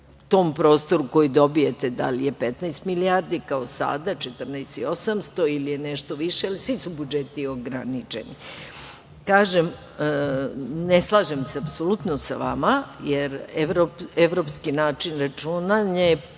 tom prostoru koji dobijete, da li je 15 milijardi kao sada, 14.800 ili je nešto više, ali svi su budžeti ograničeni. Kažem, ne slažem se apsolutno sa vama, jer evropski način računanja je